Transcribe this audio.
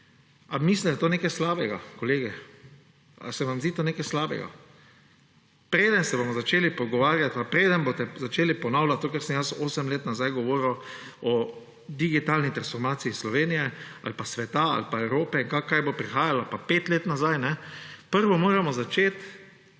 a mislite, da je to nekaj slabega, kolegi. A se vam zdi to nekaj slabega? Preden se bomo začeli pogovarjati in preden boste začeli ponavljati to, kar sem 8 let nazaj govoril o digitalni personaciji Slovenije ali pa sveta ali pa Evrope, kaj bo prihajalo, ali pa 5 let nazaj, prvo moramo